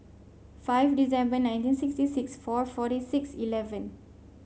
five December nineteen sixty six four forty six eleven